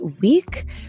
week